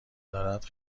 دارد